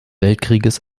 weltkrieges